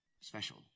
special